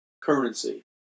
currency